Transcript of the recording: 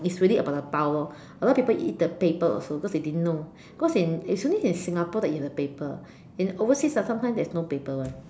it's really about the pau lor a lot of people eat the paper also because they didn't know because in it's only in Singapore that you have the paper in overseas ah sometimes there's no paper [one]